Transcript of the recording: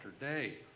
day